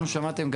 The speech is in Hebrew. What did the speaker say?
כמו שאמרתם,